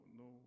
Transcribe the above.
no